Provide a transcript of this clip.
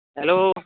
hello